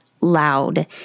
loud